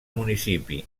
municipi